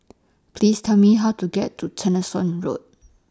Please Tell Me How to get to Tessensohn Road